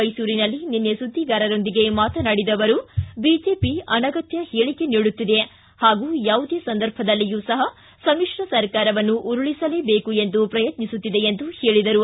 ಮೈಸೂರಿನಲ್ಲಿ ನಿನ್ನೆ ಸುದ್ದಿಗಾರರೊಂದಿಗೆ ಮಾತನಾಡಿದ ಅವರು ಬಿಜೆಪಿ ಅನಗತ್ತ ಹೇಳಿಕೆ ನೀಡುತ್ತಿದೆ ಪಾಗೂ ಯಾವುದೇ ಸಂದರ್ಭದಲ್ಲಿಯೂ ಸಹ ಸಮಿತ್ರ ಸರ್ಕಾರವನ್ನು ಉರುಳಿಸಲೇ ಬೇಕು ಎಂದು ಪ್ರಯತ್ನಿಸುತ್ತಿದೆ ಎಂದು ಹೇಳಿದರು